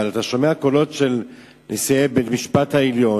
אבל אתה שומע קולות של נשיאי בית-המשפט העליון,